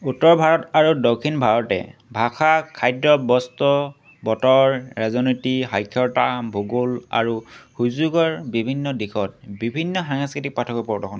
উত্তৰ ভাৰত আৰু দক্ষিণ ভাৰতে ভাষা খাদ্য বস্ত্ৰ বতৰ ৰাজনীতি সাক্ষৰতা ভূগোল আৰু সুযোগৰ বিভিন্ন দিশত বিভিন্ন সাংস্কৃতিক পাৰ্থক্য প্ৰদৰ্শন